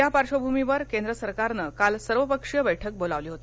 त्या पार्श्वभूमीवर केंद्र सरकारनं काल सर्व पक्षीय बैठक बोलावली होती